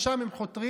לשם הם חותרים,